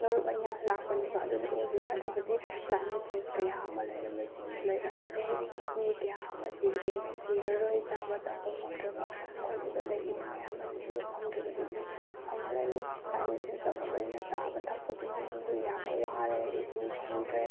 ꯃꯔꯨꯑꯣꯏꯅ ꯂꯥꯛꯄꯅꯦꯕ ꯑꯗꯨꯅ ꯎꯁꯦ ꯌꯥꯟꯗ꯭ꯔꯕꯗꯤ ꯀ꯭ꯂꯥꯏꯃꯦꯠ ꯆꯦꯟꯖ ꯀꯌꯥ ꯑꯃ ꯂꯩꯔꯝꯕꯁꯤꯁꯨ ꯂꯩꯔꯛꯑꯔꯣꯏ ꯃꯤ ꯀꯌꯥ ꯑꯃ ꯁꯤꯔꯤꯕꯁꯤꯁꯨ ꯁꯤꯔꯔꯣꯏ ꯆꯥꯕ ꯊꯛꯄ ꯐꯪꯗ꯭ꯔꯕ ꯈꯣꯠꯂꯤꯕ ꯂꯩꯔꯤꯕ ꯃꯌꯥꯝ ꯑꯁꯤꯁꯨ ꯐꯪꯗ꯭ꯔꯤꯕꯁꯤꯡꯁꯤ ꯐꯪꯍꯜꯂꯅꯤ ꯀ꯭ꯂꯥꯏꯃꯦꯠ ꯆꯦꯟꯖ ꯇꯧꯔꯕꯅꯤꯅ ꯆꯥꯕ ꯊꯛꯄꯗꯨꯗꯁꯨ ꯌꯥꯝꯅ ꯋꯥꯔꯦ ꯏꯁꯤꯡ ꯐꯪꯗ꯭ꯔꯦ